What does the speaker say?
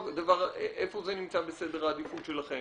איפה זה נמצא בסדר העדיפות שלכם?